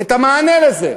את המענה לזה.